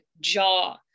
jaw